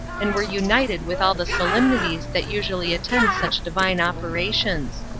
and were united with all the solemnities that usually attend such divine operations.